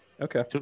Okay